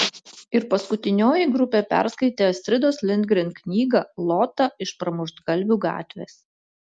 ir paskutinioji grupė perskaitė astridos lindgren knygą lota iš pramuštgalvių gatvės